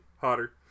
Hotter